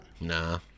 Nah